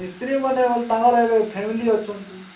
ମିସ୍ତ୍ରୀମାନେେ ତାଙ୍କର ଏବେ ଫ୍ୟାମିଲି ଅଛନ୍ତି